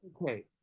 okay